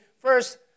first